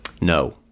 No